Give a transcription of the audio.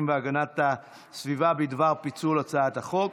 והגנת הסביבה בדבר פיצול הצעת החוק.